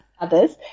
others